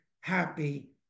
happy